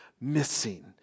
missing